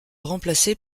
remplacer